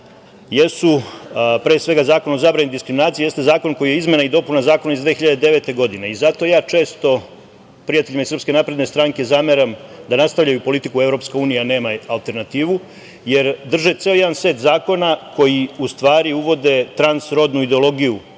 svega, Zakon o zabrani diskriminacije jeste zakon koji je izmena i dopuna Zakona iz 2009. godine. Zato ja često prijateljima iz SNS zameram da nastavljaju politiku: „Evropska unija nema alternativu“, jer drže ceo jedan set zakona koji u stvari uvode transrodnu ideologiju